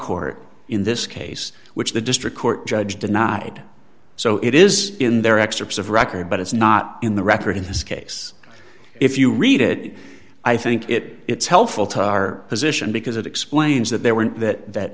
court in this case which the district court judge denied so it is in their excerpts of record but it's not in the record in this case if you read it i think it it's helpful to our position because it explains that there weren't that